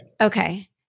Okay